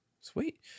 Sweet